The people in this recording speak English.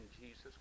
Jesus